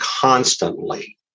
constantly